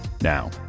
Now